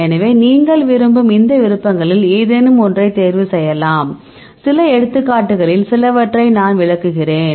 எனவே நீங்கள் விரும்பும் இந்த விருப்பங்களில் ஏதேனும் ஒன்றை தேர்வு செய்யலாம் சில எடுத்துக்காட்டுகளில் சிலவற்றை நான் விளக்குகிறேன்